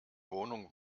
wohnung